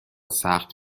سخت